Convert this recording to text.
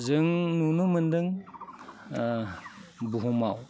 जों नुनो मोन्दों बुहुमाव